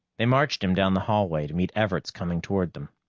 they marched him down the hallway, to meet everts coming toward them.